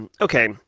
okay